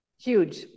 Huge